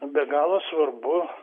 be galo svarbu